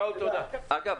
אגב,